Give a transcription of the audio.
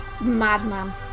Madman